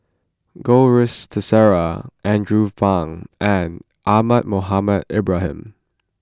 Goh Rui Si theresa Andrew Phang and Ahmad Mohamed Ibrahim